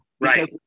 Right